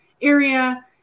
area